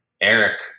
Eric